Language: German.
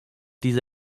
diese